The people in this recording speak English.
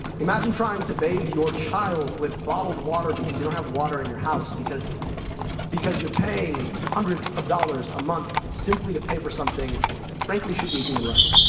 imagine trying to bathe your child with bottled water because you don't have water in your house, because because you're paying hundreds of dollars a month simply to pay for something that, frankly, should be a human right.